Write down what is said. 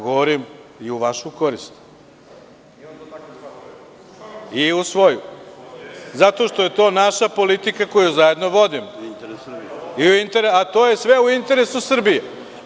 Govorim i u vašu korist i u svoju zato što je naša politika koju zajedno vodimo, a to je sve u interesu Srbije.